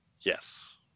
Yes